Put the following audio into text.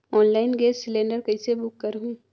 Online gas cylinder कइसे book करहु?